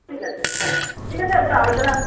ঠিক আছে হ্যাঁ ঠিক আছে ওগুলো আলোচনা